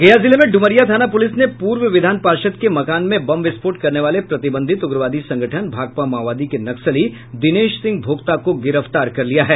गया जिले में डुमरिया थाना पुलिस ने पूर्व विधान पार्षद के मकान में बम विस्फोट करने वाले प्रतिबंधित उग्रवादी संगठन भाकपा माओवादी के नक्सली दिनेश सिंह भोक्ता को गिरफ्तार कर लिया है